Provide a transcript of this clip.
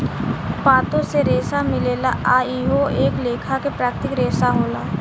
पातो से रेसा मिलेला आ इहो एक लेखा के प्राकृतिक रेसा होला